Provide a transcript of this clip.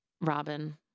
robin